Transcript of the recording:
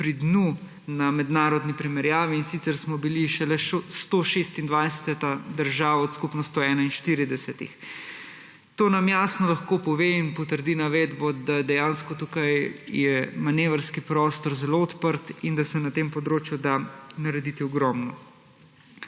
pri dnu na mednarodni primerjavi, in sicer smo bili šele 126. država od skupno 141. To nam jasno lahko pove in potrdi navedbo, da dejansko tukaj je manevrski prostor zelo odprt in da se na tem področju da narediti ogromno.